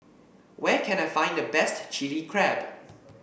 where can I find the best Chili Crab